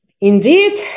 Indeed